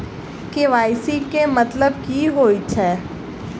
KYC केँ मतलब की होइ छै?